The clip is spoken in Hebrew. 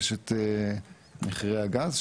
יש את מחירי הגז,